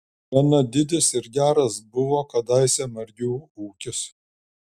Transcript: gana didis ir geras buvo kadaise margių ūkis